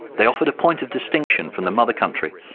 they offered a point of distinction from the mother country,